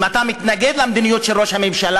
אם אתה מתנגד למדיניות של ראש הממשלה,